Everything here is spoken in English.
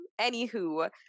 Anywho